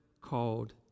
called